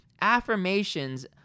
affirmations